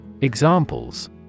Examples